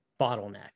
bottleneck